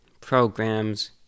programs